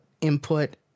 input